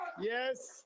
Yes